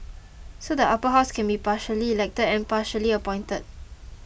so the Upper House can be partially elected and partially appointed